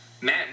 Matt